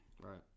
Right